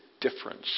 difference